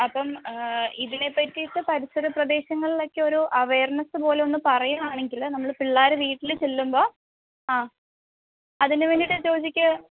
അപ്പം ഇതിനെപ്പറ്റിയിട്ട് പരിസരപ്രദേശങ്ങളിലൊക്കെ ഒരു അവയെര്നെസ്സ് പോലെ ഒന്നു പറയുകയാണെങ്കിൽ നമ്മൾ പിള്ളേർ വീട്ടിൽ ചെല്ലുമ്പോൾ ആ അതിനുവേണ്ടിയിട്ട് ജോജിക്ക്